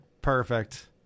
Perfect